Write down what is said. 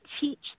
teach